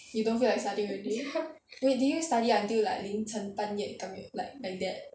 you don't feel like studying already ah wait did you study until 凌成半夜 like like that